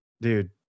dude